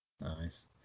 Nice